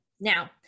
now